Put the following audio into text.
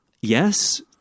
Yes